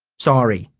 sorry.